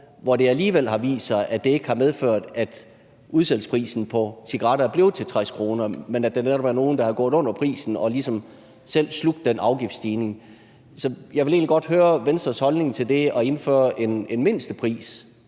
har det alligevel vist sig, at det ikke har medført, at salgsprisen på cigaretter er blevet 60 kr., men at der netop er nogle, der er gået under prisen og ligesom selv har slugt den afgiftsstigning. Så jeg vil egentlig godt høre, hvad Venstres holdning er til det at indføre en mindstepris,